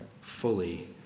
fully